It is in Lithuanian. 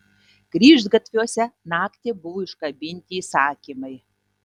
kryžgatviuose naktį buvo iškabinti įsakymai